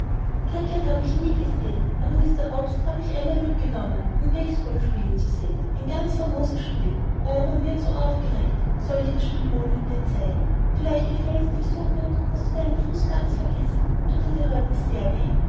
habe ich nie gesehen aber mr hobbs hat mich einigemal mitgenommen um base ball spielen zu sehen ein ganz famoses spiel o man wird so aufgeregt soll ich das spiel holen und dir zeigen vielleicht gefällt dir's so gut daß du deinen fuß ganz vergißt thut er dir heute sehr weh